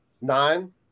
Nine